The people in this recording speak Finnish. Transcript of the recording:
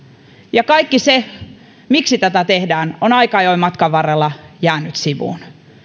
ja kaikki se miksi tätä tehdään on aika ajoin matkan varrella jäänyt sivuun